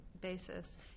basis